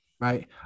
Right